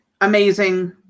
amazing